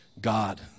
God